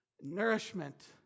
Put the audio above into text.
nourishment